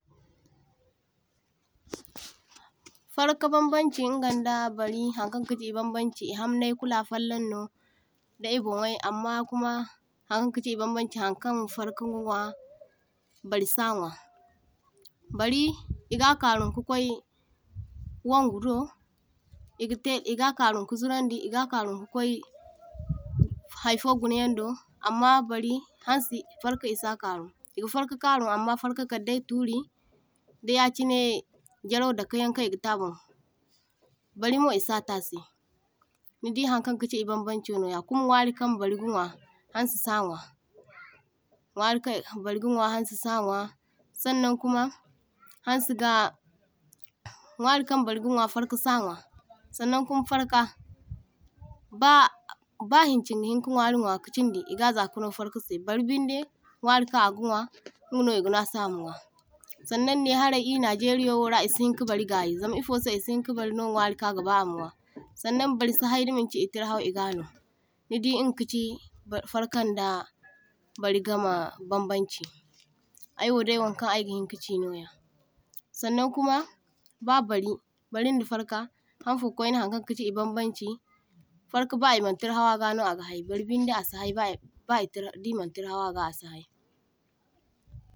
toh-toh. Farka bambaŋ chi inganda bari hankan kachi I bambaŋ chi I hamnay kulu a’fallan no da ibanway, amma kuma hankaŋ kachi I bambaŋ chi hankaŋ farkai ga nwa bari sa nwa. Bari iga karuɱ ka kwai wangu do, igate iga karuɱ ka zurandi, iga karuɱ ka kwai haifo gunayaŋ do amma bari hansi farkai isa karuɱ, iga farka karuɱ amma farkai kaddai turi, dayachine jarau dakayaŋ kaŋ iga tay aboŋ, bari mo isa tase, nidi hankaŋ kachi I bambaŋcho no ya. Kuma nwari kan bari ga nwa hansi sa nwa nwari kan bari ga nwa hansi sa nwa, sannan kuma hansi ga nwari kan bari ga nwa farka sa nwa, sannaŋ kuma farka ba hinchiŋ gi hinka nwari nwa ka chindi iga zakano farka sey, bari biŋde nwari kan aga nwa inga no iga nase ama nwa, sannaŋ ne haray I najeria wora isi hinka bari gayi zama ifo sey isihinka bari no nwari kaŋ agaba ama nwa. Sannaŋ bari si hay da maŋchi I tirhau iga no nidi inga kachi farkai da bari gama bambaŋ chi. Aiwo dai hankaŋ ay ga hinkachi noya, sannaŋ kuma ba bari barin da farka hanfo kwayne hankaŋ kachi ibaɱbaŋ chi farka ba iman tirhau aga no aga hai bari binde asi hay ba ba di imaŋ tirhau aga asi hai.